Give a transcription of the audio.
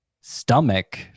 stomach